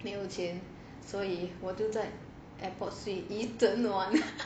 没有钱所以我就在 airport 睡一整晚